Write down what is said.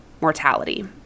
mortality